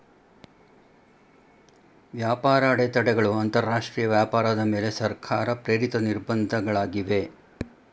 ವ್ಯಾಪಾರ ಅಡೆತಡೆಗಳು ಅಂತರಾಷ್ಟ್ರೀಯ ವ್ಯಾಪಾರದ ಮೇಲೆ ಸರ್ಕಾರ ಪ್ರೇರಿತ ನಿರ್ಬಂಧ ಗಳಾಗಿವೆ